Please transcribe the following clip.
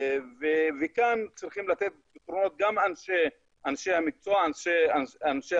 כאן צריך לתת פתרונות גם אנשי המקצוע והתוכן,